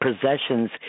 possessions